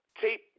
tape